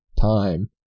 time